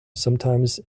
sometimes